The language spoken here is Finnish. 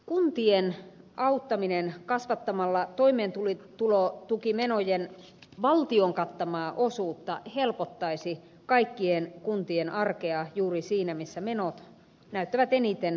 kuntien auttaminen kasvattamalla toimeentulotukimenojen valtion kattamaa osuutta helpottaisi kaikkien kuntien arkea juuri siinä missä menot näyttävät eniten kasvavan